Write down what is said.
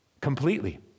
completely